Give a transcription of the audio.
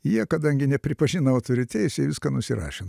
jie kadangi nepripažino autorių teisių jie viską nusirašė